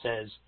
says